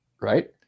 right